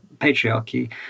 patriarchy